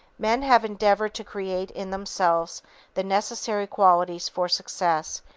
men have endeavored to create in themselves the necessary qualities for success,